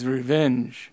Revenge